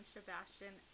Sebastian